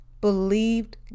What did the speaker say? believed